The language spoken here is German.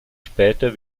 später